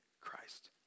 Christ